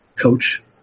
coach